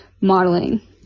modeling